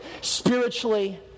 spiritually